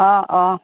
অ অ